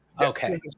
Okay